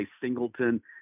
Singleton